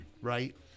Right